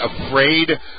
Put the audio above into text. afraid